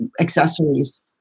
accessories